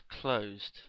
closed